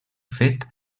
fet